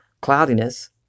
cloudiness